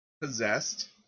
Possessed